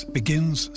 begins